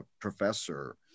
professor